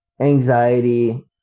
anxiety